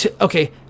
Okay